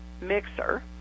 mixer